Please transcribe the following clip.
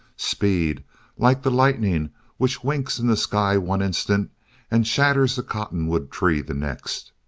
speed like the lightning which winks in the sky one instant and shatters the cottonwood tree the next.